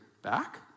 back